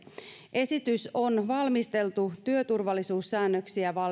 esitys on valmisteltu työturvallisuussäännöksiä